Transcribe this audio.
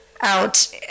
out